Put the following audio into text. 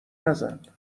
نزن